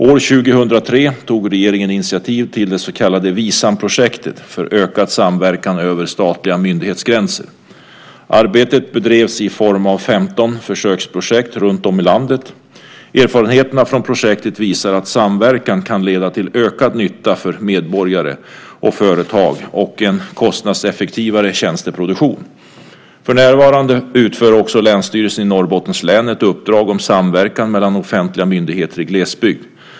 År 2003 tog regeringen initiativ till det så kallade Visamprojektet för ökad samverkan över statliga myndighetsgränser. Arbetet bedrevs i form av 15 försöksprojekt runtom i landet. Erfarenheterna av projektet visar att samverkan kan leda till ökad nytta för medborgare och företag och en kostnadseffektivare tjänsteproduktion. För närvarande utför också Länsstyrelsen i Norrbottens län ett uppdrag om samverkan mellan offentliga myndigheter i glesbygd.